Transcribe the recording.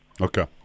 Okay